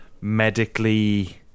medically